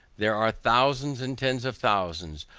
there are thousands, and tens of thousands,